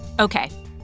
Okay